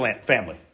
family